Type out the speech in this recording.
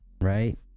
right